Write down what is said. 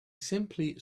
simply